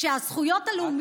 למה